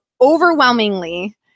overwhelmingly